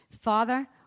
Father